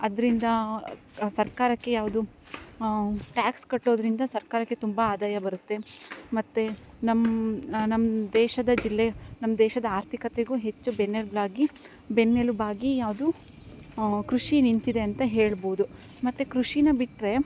ಅದರಿಂದ ಸರ್ಕಾರಕ್ಕೆ ಯಾವುದು ಟ್ಯಾಕ್ಸ್ ಕಟ್ಟೋದರಿಂದ ಸರ್ಕಾರಕ್ಕೆ ತುಂಬ ಆದಾಯ ಬರುತ್ತೆ ಮತ್ತು ನಮ್ಮ ನಮ್ಮ ದೇಶದ ಜಿಲ್ಲೆ ನಮ್ಮ ದೇಶದ ಆರ್ಥಿಕತೆಗೂ ಹೆಚ್ಚು ಬೆನ್ನೆಲುಬಾಗಿ ಬೆನ್ನೆಲುಬಾಗಿ ಯಾವುದು ಕೃಷಿ ನಿಂತಿದೆ ಅಂತ ಹೇಳ್ಬೌದ ಮತ್ತು ಕೃಷಿ ಬಿಟ್ಟರೆ